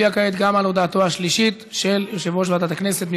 אנחנו נצביע כעת גם על הודעתו השלישית של יושב-ראש ועדת הכנסת.